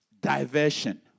Diversion